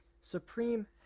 Supreme